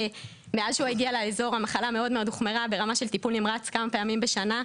ומאז שהגיע לאזור המחלה מאוד הוחמרה ברמה של טיפול נמרץ כמה פעמים בשנה.